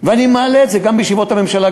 ואני מעלה את זה גם בישיבות הממשלה,